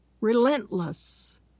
relentless